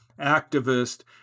activist